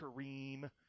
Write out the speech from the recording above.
Kareem